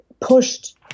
pushed